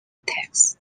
attacks